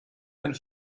einen